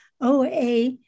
OA